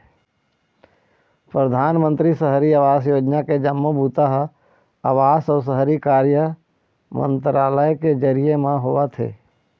परधानमंतरी सहरी आवास योजना के जम्मो बूता ह आवास अउ शहरी कार्य मंतरालय के जरिए म होवत हे